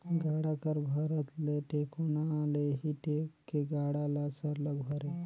गाड़ा कर भरत ले टेकोना ले ही टेक के गाड़ा ल सरलग भरे